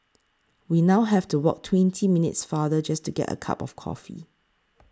we now have to walk twenty minutes farther just to get a cup of coffee